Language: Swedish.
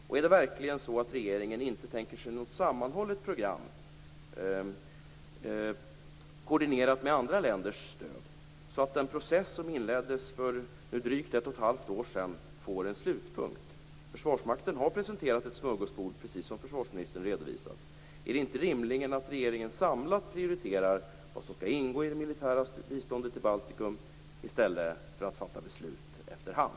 Och är det verkligen så att regeringen inte tänker sig något sammanhållet program, koordinerat med andra länders stöd, så att den process som inleddes för drygt ett och ett halvt år sedan får en slutpunkt? Försvarsmakten har presenterat ett smörgåsbord, precis som försvarsministern redovisat. Är det inte rimligt att regeringen samlat prioriterar vad som skall ingå i det militära biståndet till Baltikum i stället för att fatta beslut efter hand?